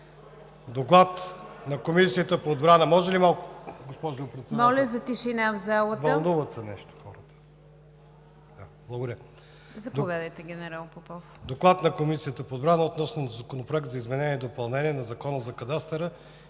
„ДОКЛАД на Комисията по отбрана относно Законопроект за изменение и допълнение на Закона за кадастъра